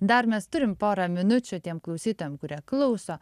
dar mes turim porą minučių tiem klausytojam kurie klauso